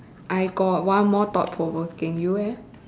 I got one more thought provoking you leh